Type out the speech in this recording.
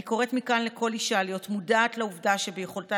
אני קוראת מכאן לכל אישה להיות מודעת לעובדה שביכולתה